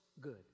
good